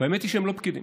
והאמת היא שהם לא פקידים,